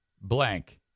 blank